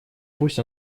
пусть